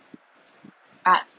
arts